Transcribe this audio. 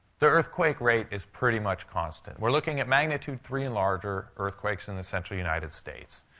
the earthquake rate is pretty much constant. we're looking at magnitude three and larger earthquakes in the central united states.